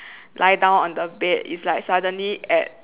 lie down on the bed is like suddenly at